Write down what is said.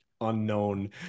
unknown